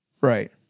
Right